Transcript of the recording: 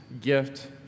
gift